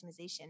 customization